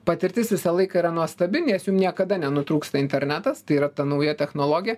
patirtis visą laiką yra nuostabi nes jum niekada nenutrūksta internetas tai yra ta nauja technologija